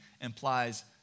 implies